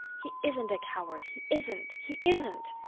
he isn't a coward he isn't he isn't!